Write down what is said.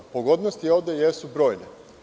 Pogodnosti ovde jesu brojne.